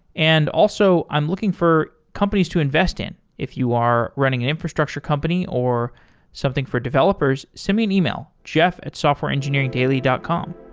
and also, i'm looking for companies to invest in. if you are running an infrastructure company or something for developers, send me an email, jeff at softwareengineeringdaily dot com